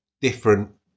different